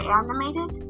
animated